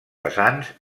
pesants